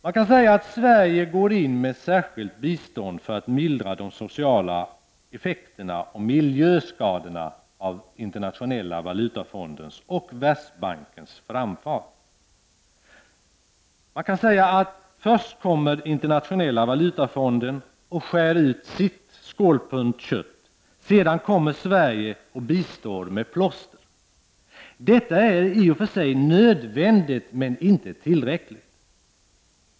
Man kan säga att Sverige går in med särskilt bistånd för att mildra de sociala effekterna och miljöskadorna av IMFs och Världsbankens framfart. Man kan också säga att först kommer IMF och skär ut sitt skålpund kött. Sedan kommer Sverige och bistår med plåster. Detta är i och för sig nödvändigt, men inte tillräckligt.